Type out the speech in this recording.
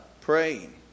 praying